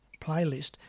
playlist